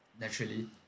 naturally